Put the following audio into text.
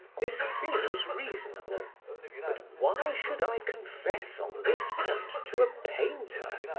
this seems reasonable but why should i confess on this point to a painter?